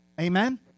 Amen